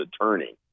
attorney